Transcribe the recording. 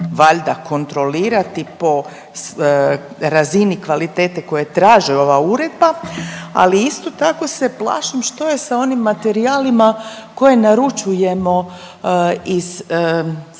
valjda kontrolirati po razini kvalitete koje traže ova uredba, ali isto tako se plašim što je sa onim materijalima koje naručujemo iz stranih